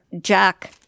Jack